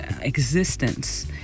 existence